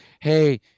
Hey